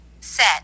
Set